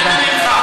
תודה רבה לשר.